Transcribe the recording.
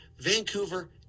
Vancouver